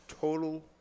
total